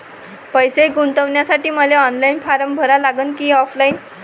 पैसे गुंतन्यासाठी मले ऑनलाईन फारम भरा लागन की ऑफलाईन?